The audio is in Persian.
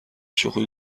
شوخی